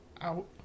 out